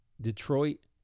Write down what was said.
Detroit